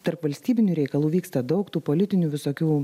tarpvalstybinių reikalų vyksta daug tų politinių visokių